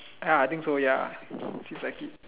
ya I think so ya